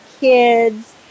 kids